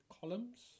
columns